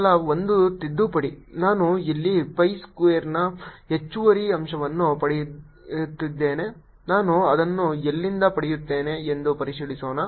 ಕೇವಲ ಒಂದು ತಿದ್ದುಪಡಿ ನಾನು ಇಲ್ಲಿ pi ಸ್ಕ್ವೇರ್ ನ ಹೆಚ್ಚುವರಿ ಅಂಶವನ್ನು ಪಡೆಯುತ್ತಿದ್ದೇನೆ ನಾನು ಅದನ್ನು ಎಲ್ಲಿಂದ ಪಡೆಯುತ್ತೇನೆ ಎಂದು ಪರಿಶೀಲಿಸೋಣ